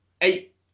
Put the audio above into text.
eight